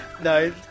No